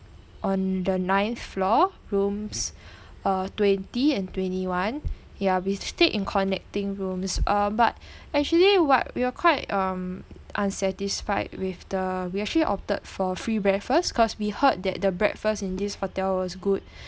on the ninth floor rooms uh twenty and twenty one ya we stayed in connecting rooms uh but actually what we are quite um unsatisfied with the we actually opted for free breakfast because we heard that the breakfast in this hotel was good